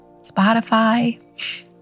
Spotify